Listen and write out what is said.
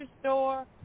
store